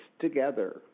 together